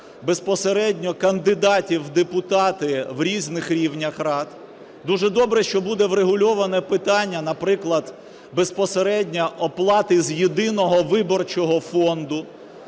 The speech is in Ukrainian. безпосередньо кандидатів в депутати в різних рівнях рад, дуже добре, що буде врегульоване питання, наприклад, безпосередньо оплати з єдиного виборчого фонду,